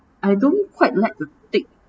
I don't quite like to take